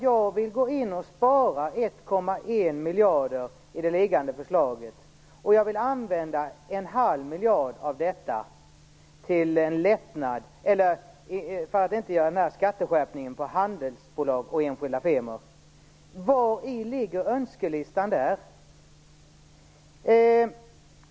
Jag vill gå in och spara 1,1 miljarder i det liggande förslaget, och jag vill använda en halv miljard av detta till att inte göra skatteskärpningen för handelsbolag och enskilda firmor. Vari ligger önskelistan där?